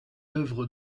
œuvre